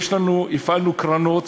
הפעלנו קרנות